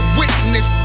witness